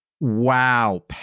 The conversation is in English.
Wow